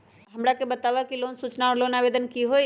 हमरा के बताव कि लोन सूचना और लोन आवेदन की होई?